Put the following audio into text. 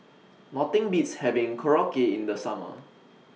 Nothing Beats having Korokke in The Summer